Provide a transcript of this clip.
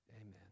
Amen